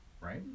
Right